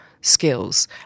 skills